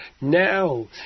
now